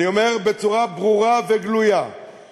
אני אומר בצורה ברורה וגלויה,